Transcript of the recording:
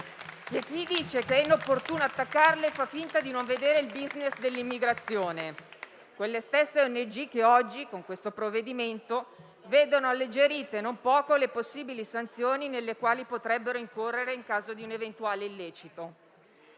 «chi dice che è inopportuno attaccarle fa finta di non vedere il *business* dell'immigrazione». Si tratta di quelle stesse ONG che oggi, con il provvedimento in esame, vedono alleggerite non poco le possibili sanzioni nelle quali potrebbero incorrere, nel caso di un eventuale illecito.